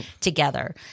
together